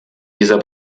dieser